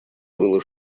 было